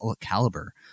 caliber